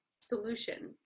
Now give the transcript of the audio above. solution